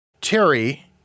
Terry